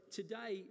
today